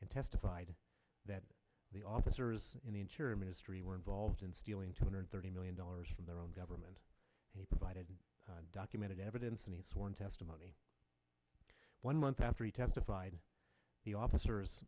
and testified that the officers in the interior ministry were involved in stealing two hundred thirty million dollars from their own government provided documented evidence and sworn testimony one month after he testified the officers